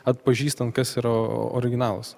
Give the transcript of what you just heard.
atpažįstant kas yra originalas